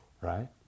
right